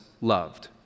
loved